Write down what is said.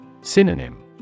Synonym